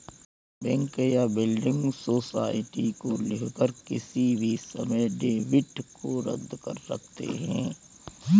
bank या building society को लिखकर किसी भी समय डेबिट को रद्द कर सकते हैं